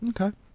Okay